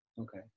Okay